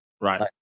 Right